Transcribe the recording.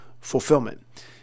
fulfillment